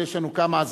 יש לנו כבר כמה,